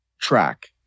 track